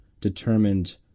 determined